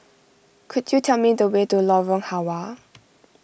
could you tell me the way to Lorong Halwa